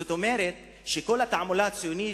זאת אומרת שכל התעמולה הציונית,